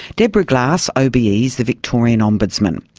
deborah glass obe yeah is the victorian ombudsman,